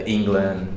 England